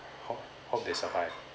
hope hope they survive